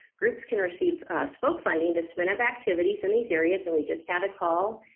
groups can receive spoke funding to spin up activities in these areas and we just had a call